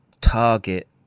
target